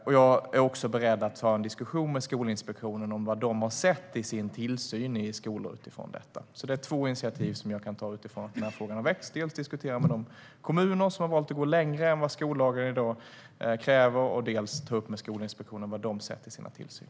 Det andra är att jag är beredd att ta en diskussion med Skolinspektionen om vad de har sett i sin tillsyn av skolor utifrån detta. Det är två initiativ som jag kan ta utifrån att denna fråga har väckts. Det handlar dels om att diskutera med de kommuner som har valt att gå längre än vad skollagen i dag kräver, dels om att ta upp med Skolinspektionen vad de sett i sin tillsyn.